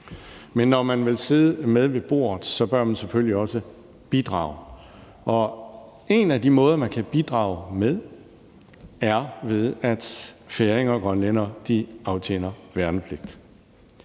men når man vil sidde med ved bordet, bør man selvfølgelig også bidrage, og en af de måder, man kan bidrage på, er, ved at færinger og grønlændere aftjener værnepligt.